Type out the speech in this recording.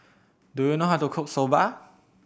do you know how to cook Soba